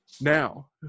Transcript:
now